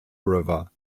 river